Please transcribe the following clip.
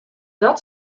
dat